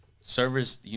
servers